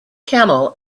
camel